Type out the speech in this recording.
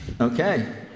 okay